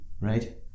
right